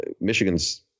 Michigan's